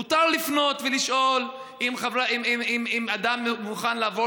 מותר לפנות ולשאול אם אדם מוכן לעבור